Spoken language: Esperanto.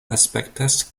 aspektas